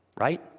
right